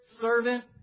servant